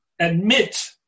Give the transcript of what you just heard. admit